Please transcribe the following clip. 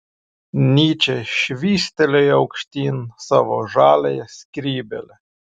nyčė švystelėjo aukštyn savo žaliąją skrybėlę